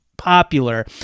popular